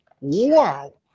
Wow